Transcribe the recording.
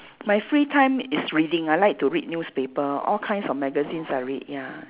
my free time is reading I like to read newspaper all kinds of magazines I read ya